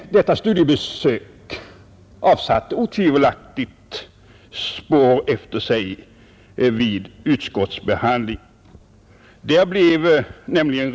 Detta studiebesök avsatte otvivelaktigt spår vid utskottsbehandlingen.